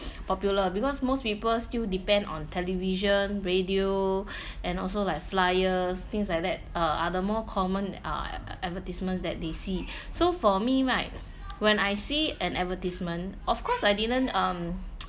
popular because most people still depend on television radio and also like flyers things like that or other more common uh advertisements that they see so for me right when I see an advertisement of course I didn't um